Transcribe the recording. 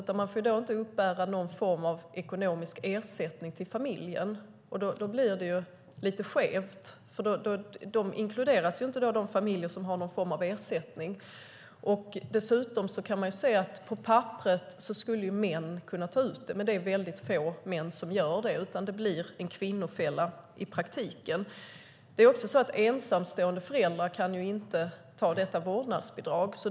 Familjen får inte uppbära någon form av ekonomisk ersättning. Då blir det lite skevt. Då inkluderas inte de familjer som har någon form av ersättning. På papperet kan man dessutom se att män skulle kunna ta ut det. Men det är mycket få män som gör det. Det blir i praktiken en kvinnofälla. Det är också så att ensamstående föräldrar inte kan ta ut detta vårdnadsbidrag.